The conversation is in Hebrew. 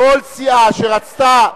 כל סיעה שרצתה,